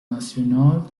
ناسیونال